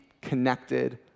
connected